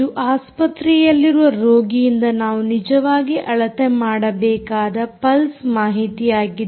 ಇದು ಆಸ್ಪತ್ರೆಯಲ್ಲಿರುವ ರೋಗಿಯಿಂದ ನಾವು ನಿಜವಾಗಿ ಅಳತೆ ಮಾಡಬೇಕಾದ ಪಲ್ಸ್ ಮಾಹಿತಿಯಾಗಿದೆ